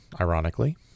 ironically